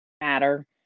matter